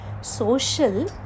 social